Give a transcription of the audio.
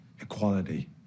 Equality